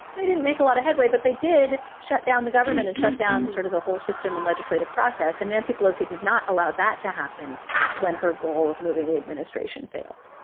they didn't make a lot of headway, but they did shut down the government and shut down sort of the whole system and legislative process. and nancy pelosi did not allow that to happen when her goal of moving the administration failed,